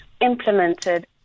implemented